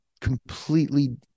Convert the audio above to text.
completely